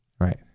Right